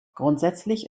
grundsätzlich